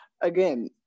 again